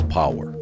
power